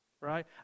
right